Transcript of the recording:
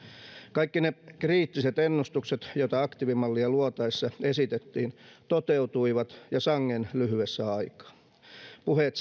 kaikki ne kriittiset ennustukset joita aktiivimallia luotaessa esitettiin toteutuivat ja sangen lyhyessä aikaa puheet